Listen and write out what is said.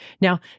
Now